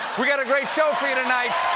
we've got a great show for you tonight.